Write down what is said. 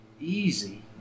easy